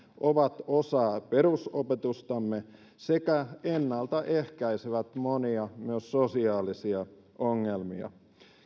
ovat osa perusopetustamme sekä ennaltaehkäisevät myös monia sosiaalisia ongelmia